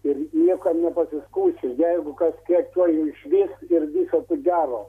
ir niekam nepasiskųsi jeigu kas kiek tuoj išvys ir viso tu gero